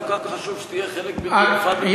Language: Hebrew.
זה כל כך חשוב שיהיה חלק ממדינת ישראל,